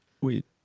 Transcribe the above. Wait